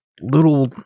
little